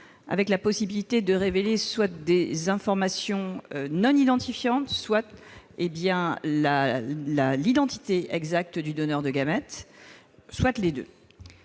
avec la possibilité de révéler soit des informations non identifiantes, soit l'identité exacte du donneur, soit les deux.